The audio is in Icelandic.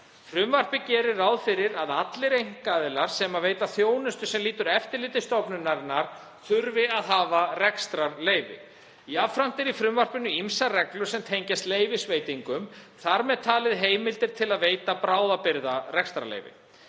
Frumvarpið gerir ráð fyrir að allir einkaaðilar, sem veita þjónustu sem lýtur að eftirliti stofnunarinnar, þurfi að hafa rekstrarleyfi. Jafnframt eru í frumvarpinu ýmsar reglur sem tengjast leyfisveitingum, þar með talið heimildir til að veita bráðabirgðarekstrarleyfi.